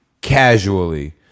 casually